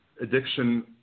addiction